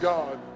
God